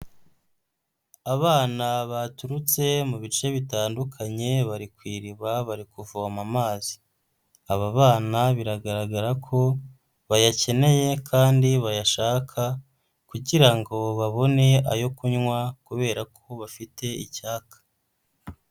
Abana baturutse mu bice bitandukanye bari ku iriba bari kuvoma amazi. Aba bana biragaragara ko bayakeneye kandi bayashaka, kugira ngo babone ayo kunywa kubera ko bafite icyaka.